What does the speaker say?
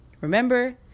remember